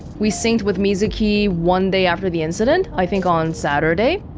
we psynched with mizuki one day after the incident, i think on saturday